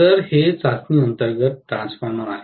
तर हे चाचणी अंतर्गत ट्रान्सफॉर्मर आहे